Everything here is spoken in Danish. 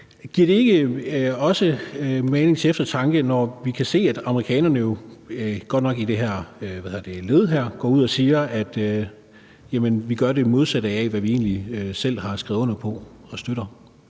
Maner det ikke også til eftertanke, når vi kan se, at amerikanerne – godt nok i det her led – går ud og siger, at vi gør det modsatte af, hvad vi egentlig selv har skrevet under på og støtter?